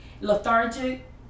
Lethargic